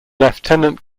lieutenant